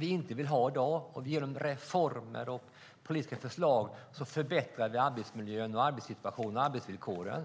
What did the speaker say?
vi inte vill ha i dag. Genom reformer och politiska förslag förbättrar vi arbetsmiljön, arbetssituationen och arbetsvillkoren.